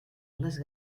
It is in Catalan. les